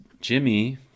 Jimmy